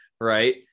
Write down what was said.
right